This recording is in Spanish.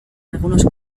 algunos